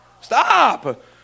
stop